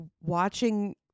watching